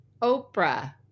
Oprah